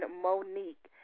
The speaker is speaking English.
Monique